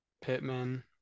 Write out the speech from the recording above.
Pittman